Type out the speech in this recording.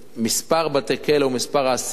מספר בתי-הכלא ומספר האסירים שלהם